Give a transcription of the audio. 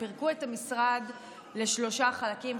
פירקו את המשרד לשלושה חלקים,